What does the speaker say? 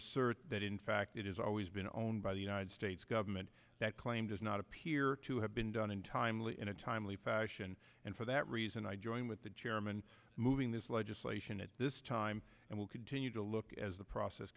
assert that in fact it has always been owned by the united states government that claim does not appear to have been done in timely in a timely fashion and for that reason i join with the chairman moving this legislation at this time and will continue to look as the process